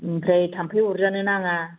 आमफ्राय थामफै अरजानो नाङा